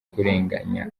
kurenganya